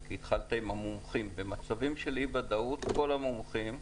כי התחלת עם המומחים במצבים של אי ודאות כל המומחים,